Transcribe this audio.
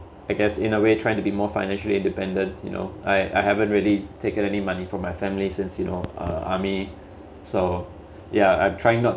I guess in a way trying to be more financially independent you know I I haven't really taken any money from my family since you know uh army so yeah I'm trying not